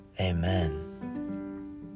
Amen